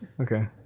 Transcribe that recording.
Okay